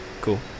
Cool